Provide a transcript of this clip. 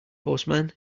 postman